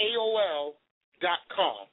AOL.com